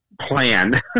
plan